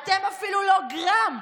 אתם אפילו לא גרם,